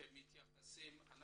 את